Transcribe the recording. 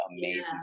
amazing